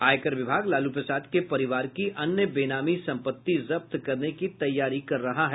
आयकर विभाग लालू प्रसाद के परिवार की अन्य बेनामी संपत्ति जब्त करने की तैयारी कर रहा है